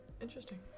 interesting